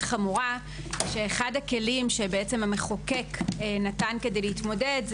חמורה שאחד הכלים שהמחוקק נתן כדי להתמודד אתה